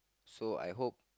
so I hope